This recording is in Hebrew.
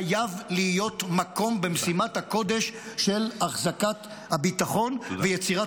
חייב להיות מקום במשימת הקודש של אחזקת הביטחון ויצירת